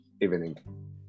evening